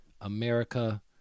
America